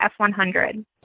F100